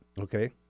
Okay